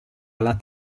alla